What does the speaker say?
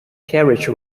carriage